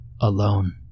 alone